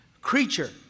creature